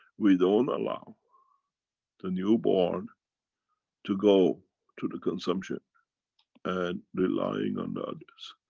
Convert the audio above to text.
we don't allow the newborn to go to the consumption and relying on the others.